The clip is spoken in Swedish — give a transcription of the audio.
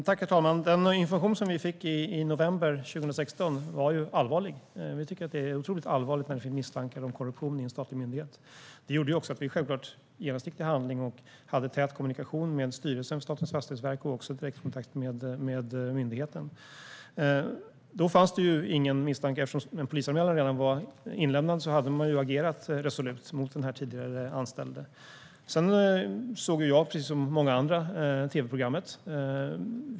Herr talman! Den information som vi fick i november 2016 var allvarlig. Vi tycker att det är otroligt allvarligt när det finns misstankar om korruption i en statlig myndighet. Det gjorde också att vi självklart genast gick till handling och hade tät kommunikation med styrelsen för Statens fastighetsverk och även direktkontakt med myndigheten. Då fanns ingen misstanke. Eftersom en polisanmälan redan var inlämnad hade man agerat resolut mot den tidigare anställde. Sedan såg jag, precis som många andra, tv-programmet.